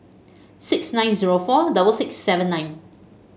six nine zero four double six seven nine